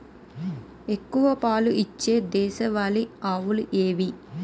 ఎక్కువ పాలు ఇచ్చే దేశవాళీ ఆవులు ఏవి?